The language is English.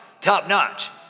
top-notch